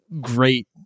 great